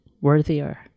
worthier